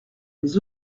mais